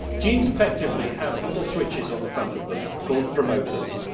genes effectively have little switches on the front of them, called promoters,